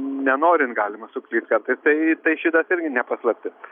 nenorint galima suklyst kartais tai tai šitas irgi ne paslaptis